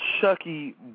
Chucky